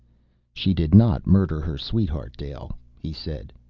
she did not murder her sweetheart, dale he said.